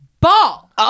Ball